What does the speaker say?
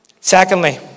Secondly